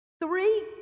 Three